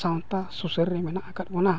ᱥᱟᱶᱛᱟ ᱥᱩᱥᱟᱹᱨ ᱨᱮ ᱢᱮᱱᱟᱜ ᱟᱠᱟᱫ ᱵᱚᱱᱟ